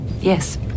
yes